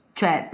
Cioè